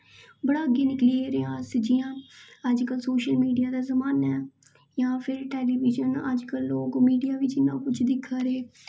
बड़ा अग्गें निकली गेदा अस जि'यां अजकल्ल सोशल मीडिया दा जमाना ऐ जां फिर टेलीविज़न जि'यां अजकल्ल मीडिया च लोग इन्ना कुछ दिक्खा दे